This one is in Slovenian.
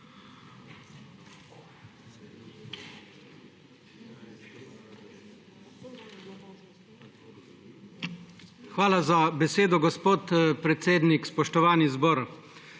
Hvala za besedo gospod predsednik. Spoštovani zbor.